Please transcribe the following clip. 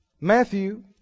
Matthew